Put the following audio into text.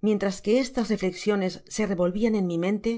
mientras que estas reflexiones se revolvían en mi mente